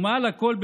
ומעל לכול,